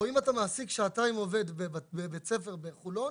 או אם אתה מעסיק עובד במשך שעתיים בבית ספר בחולון,